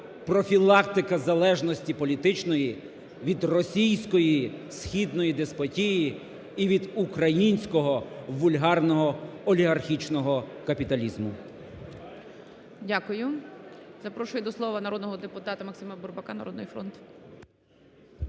профілактика залежності політичної від російської східної деспотії і від українського вульгарного олігархічного капіталізму. ГОЛОВУЮЧИЙ. Дякую. Запрошую до слова народного депутата Максима Бурбака, "Народний фронт".